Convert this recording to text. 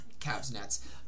Cavs-Nets